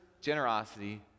generosity